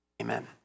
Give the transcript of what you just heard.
Amen